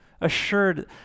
assured